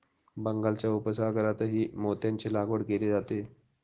बंगालच्या उपसागरातही मोत्यांची लागवड केली जाते